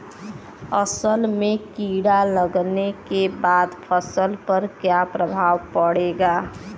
असल में कीड़ा लगने के बाद फसल पर क्या प्रभाव पड़ेगा?